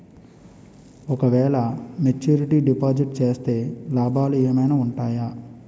ఓ క వేల maturity deposit చేస్తే లాభాలు ఏమైనా ఉంటాయా?